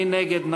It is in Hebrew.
מי נגד?